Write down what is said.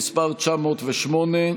אנחנו מצביעים תחילה על הצעת חוק-יסוד: הכנסת (תיקון מס' 49),